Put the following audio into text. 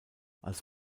als